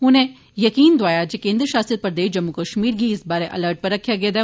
उनें यकीन दोआया जे केन्द्र शासित प्रदेश जम्मू कश्मीर गी इस बारै अलर्ट पर रक्खेआ गेदा ऐ